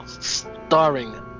starring